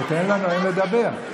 תן לנואם לדבר.